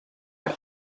per